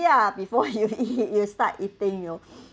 ya before you eat you start eating you know